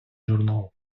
журнал